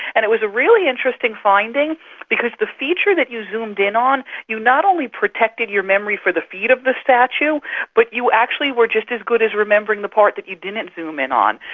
and it was a really interesting finding because the feature that you zoomed in on, you not only protected your memory for the feet of the statue but you actually were just as good at remembering the part that you didn't zoom in on.